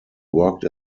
worked